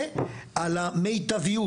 ועל המיטביות.